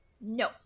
No